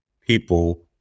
people